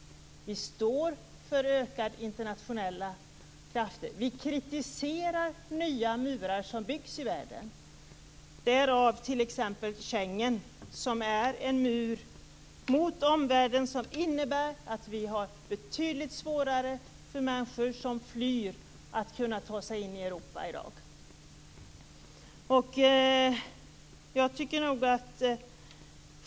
Vi står för ökade internationella krafter. Vi kritiserar nya murar som byggs i världen. Det gäller t.ex. Schengensamarbetet. Det är en mur mot omvärlden som innebär att vi gör det betydligt svårare för människor som flyr att i dag kunna ta sig in i Europa.